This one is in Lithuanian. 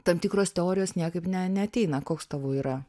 tam tikros teorijos niekaip ne neateina koks tavo yra